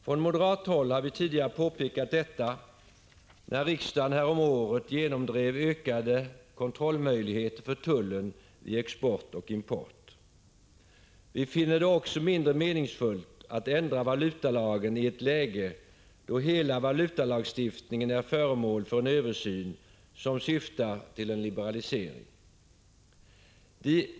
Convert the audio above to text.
Från moderat håll har vi tidigare påpekat detta, nämligen när riksdagen häromåret genomdrev ökade kontrollmöjligheter för tullen vid export och import. Vi finner det också mindre meningsfullt att ändra valutalagen i ett läge där hela valutalagstiftningen är föremål för en översyn som syftar till en liberalisering.